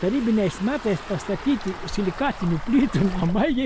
tarybiniais metais pastatyti silikatinių plytų namai jie